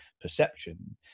perception